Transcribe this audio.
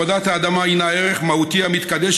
עבודת האדמה הינה ערך מהותי המתקדש